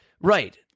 Right